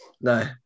No